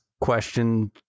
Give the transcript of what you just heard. question